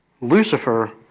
Lucifer